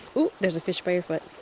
ooh, there's a fish by your foot.